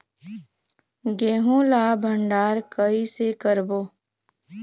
गेहूं ला भंडार कई से करबो?